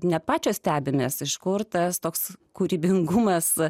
ne pačios stebimės iš kur tas toks kūrybingumas